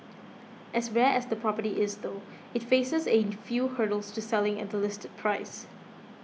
as rare as the property is though it faces a few hurdles to selling at the listed price